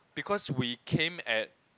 because we came at